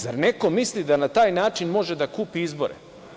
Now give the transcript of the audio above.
Zar neko misli da na taj način može da kupi izbore?